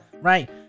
right